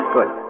Good